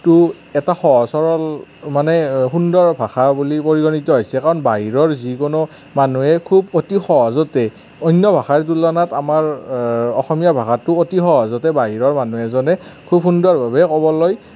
এটা সহজ সৰল মানে সুন্দৰ ভাষা বুলি পৰিগণিত হৈছে কাৰণ বাহিৰৰ যিকোনো মানুহে খুব অতি সহজতে অন্য ভাষাৰ তুলনাত আমাৰ অসমীয়া ভাষাটো অতি সহজতে বাহিৰৰ মনুহ এজনে খুব সুন্দৰকৈ ক'বলৈ